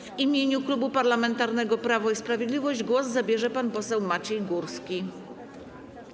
W imieniu Klubu Parlamentarnego Prawo i Sprawiedliwość głos zabierze pan poseł Maciej Górski.